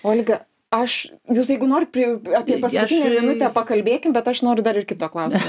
olga aš jūs jeigu norit prie apie paskutinę minutę pakalbėkim bet aš noriu dar ir kito klausimo